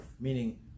meaning